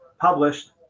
published